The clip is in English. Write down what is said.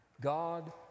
God